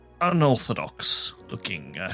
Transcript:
unorthodox-looking